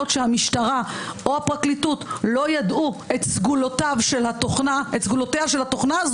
שהמשטרה או הפרקליטות לא ידעו את סגולותיה של התוכנה הזאת.